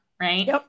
right